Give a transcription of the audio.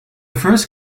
first